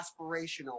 aspirational